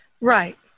Right